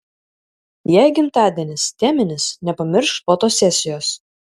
jei gimtadienis teminis nepamiršk fotosesijos